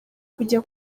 kujya